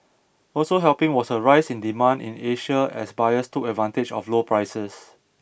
also helping was a rise in demand in Asia as buyers took advantage of low prices